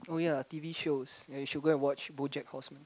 oh ya T_V shows ya you should go and watch BoJack-Horseman